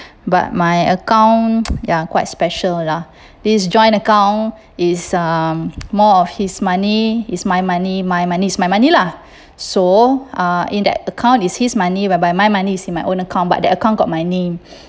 but my account ya quite special lah this joint account is um more of his money is my money my money's my money lah so uh in that account is his money whereby my money is in my own account but that account got my name